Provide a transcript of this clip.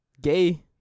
Gay